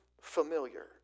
familiar